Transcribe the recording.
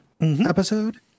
episode